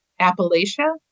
Appalachia